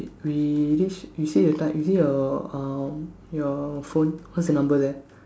we this we see the type we see your uh your phone what's the number there